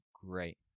great